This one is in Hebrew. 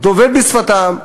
דובר את שפתם,